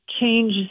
change